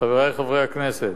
חברי חברי הכנסת,